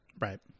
Right